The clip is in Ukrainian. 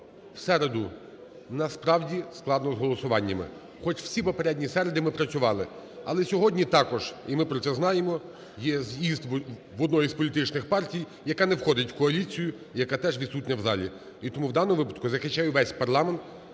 в середу в нас, справді, складно із голосуваннями, хоч всі попередні середи ми працювали. Але сьогодні також і ми про це знаємо, є з'їзд в одної з політичних партій, яка не входить в коаліцію, яка теж відсутня в залі. І тому в даному випадку я захищаю весь парламент